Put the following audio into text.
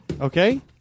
Okay